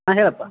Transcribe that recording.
ಹಾಂ ಹೇಳಪ್ಪ